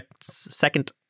second